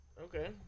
Okay